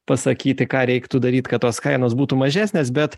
pasakyti ką reiktų daryt kad tos kainos būtų mažesnės bet